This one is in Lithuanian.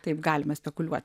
taip galima spekuliuoti